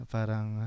Parang